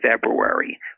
February